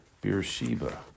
Beersheba